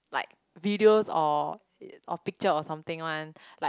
like videos or or picture or something one like